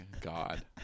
God